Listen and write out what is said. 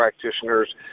practitioners